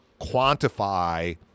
quantify